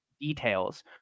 details